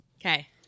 Okay